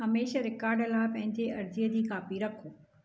हमेशह रिकाड लाइ पंहिंजी अर्ज़ीअ जी कापी रखो